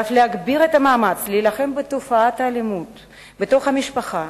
ואף להגביר את המאמץ להילחם בתופעת האלימות בתוך המשפחה.